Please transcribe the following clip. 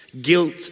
guilt